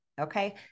Okay